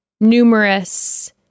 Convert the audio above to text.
numerous